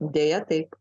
deja taip